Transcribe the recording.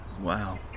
wow